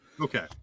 okay